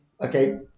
okay